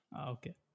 Okay